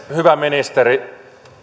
hyvä ministeri